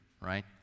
right